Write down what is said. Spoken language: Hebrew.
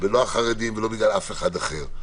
לא חרדים ולא אף אחד אחר.